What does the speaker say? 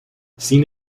seen